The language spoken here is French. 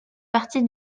partie